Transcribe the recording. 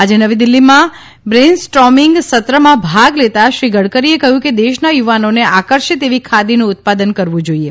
આજે નવી દીલ્હીમાં બ્રેઇનસ્ટોર્મિંગ સત્રમાં ભાગ લેતા શ્રી ગડકરીએ કહ્યું કે દેશના યુવાનોને આકર્ષે તેવી ખાદીનું ઉત્પાદન કરવું જોઇએ